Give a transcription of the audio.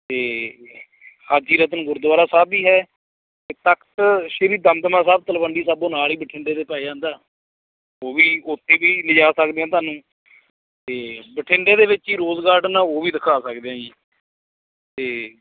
ਅਤੇ ਹਾਜੀ ਰਤਨ ਗੁਰਦੁਆਰਾ ਸਾਹਿਬ ਵੀ ਹੈ ਅਤੇ ਤਖ਼ਤ ਸ਼੍ਰੀ ਦਮਦਮਾ ਸਾਹਿਬ ਤਲਵੰਡੀ ਸਾਬੋ ਨਾਲ ਹੀ ਬਠਿੰਡੇ ਦੇ ਪੈ ਜਾਂਦਾ ਉਹ ਵੀ ਉੱਥੇ ਵੀ ਲਿਜਾ ਸਕਦੇ ਹਾਂ ਤੁਹਾਨੂੰ ਅਤੇ ਬਠਿੰਡੇ ਦੇ ਵਿੱਚ ਹੀ ਰੋਜ਼ ਗਾਰਡਨ ਆ ਉਹ ਵੀ ਦਿਖਾ ਸਕਦੇ ਹਾਂ ਜੀ ਅਤੇ